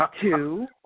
Two